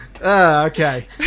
Okay